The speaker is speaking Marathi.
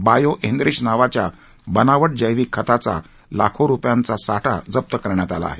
बायो एनरिच नावाच्या बनावा जैविक खताचा लाखो रुपयांचा साठा जप्त करण्यात आला आहे